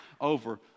over